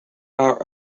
are